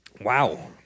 Wow